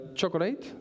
chocolate